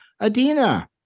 Adina